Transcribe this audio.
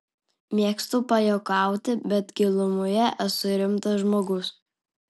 mėgstu pajuokauti bet gilumoje esu rimtas žmogus